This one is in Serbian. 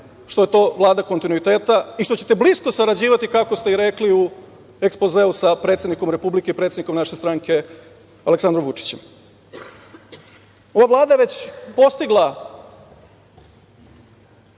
što je to vlada kontinuiteta i što ćete blisko sarađivati, kako ste i rekli u ekspozeu sa predsednikom Republike, predsednikom naše stranke Aleksandrom Vučićem. Ova Vlada je već postigla